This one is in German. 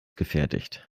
gefertigt